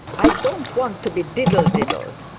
i don't want to be diddle diddled.